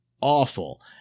awful